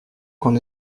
qu’on